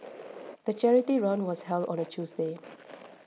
the charity run was held on a Tuesday